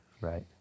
Right